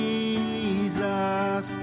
Jesus